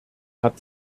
hat